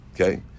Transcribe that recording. okay